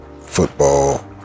Football